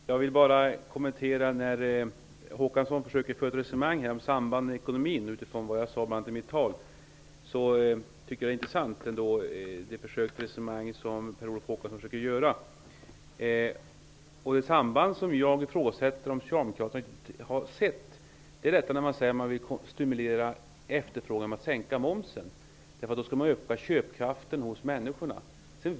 Herr talman! Jag vill bara kommentera Per Olof Håkanssons försök till resonemang om sambanden i ekonomin, bl.a. utifrån vad jag sade i mitt anförande. Det är intressant. Jag ifrågasätter om Socialdemokraterna har sett sambanden, när de säger att de vill stimulera efterfrågan genom att sänka momsen. De menar att människors köpkraft därmed skulle öka.